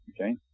Okay